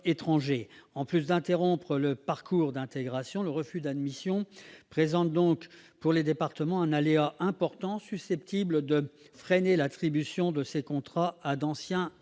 En plus d'interrompre le parcours d'intégration, le refus d'admission représente pour les départements un aléa important, susceptible de freiner l'attribution de ces contrats à d'anciens mineurs non